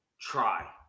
try